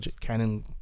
Canon